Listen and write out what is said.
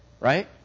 Right